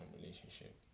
relationship